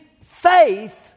faith